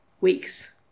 weeks